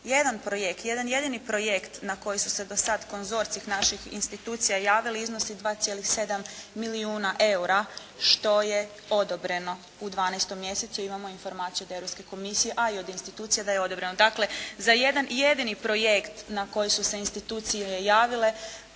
Jedan projekt, jedan jedini projekt na koji su se do sada konzorciji naših institucija javili iznosi 2,7 milijuna eura što je odobreno u dvanaestom mjesecu. Imamo informaciju od Europske komisije a i od institucija da je odobreno. Dakle, za jedan jedini projekt na koji su se institucije javile